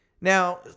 Now